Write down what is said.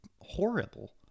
horrible